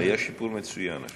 היה שיפור מצוין השנה.